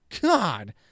God